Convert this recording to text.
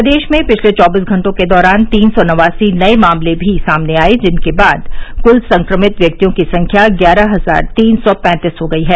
प्रदेश में पिछले चौबीस घंटों के दौरान तीन सौ नवासी नए मामले भी सामने आए जिसके बाद क्ल संक्रमित व्यक्तियों की संख्या ग्यारह हजार तीन सौ पैंतीस हो गई है